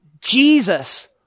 Jesus